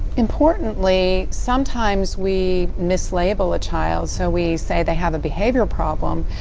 importantly sometimes we mislabel a child. so we say they have a behavioral problem.